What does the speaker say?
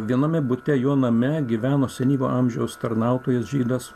viename bute jo name gyveno senyvo amžiaus tarnautojas žydas